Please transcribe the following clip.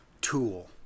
tool